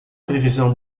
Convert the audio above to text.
previsão